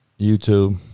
YouTube